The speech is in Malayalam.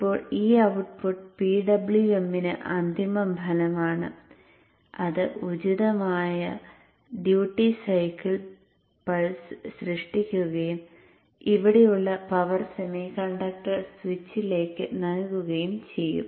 ഇപ്പോൾ ഈ ഔട്ട്പുട്ട് PWM ന് അന്തിമ ഫലമാണ് അത് ഉചിതമായ ഡ്യൂട്ടി സൈക്കിൾ പൾസ് സൃഷ്ടിക്കുകയും ഇവിടെയുള്ള പവർ സെമി കണ്ടക്ടർ സ്വിച്ചിലേക്ക് നൽകുകയും ചെയ്യും